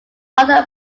other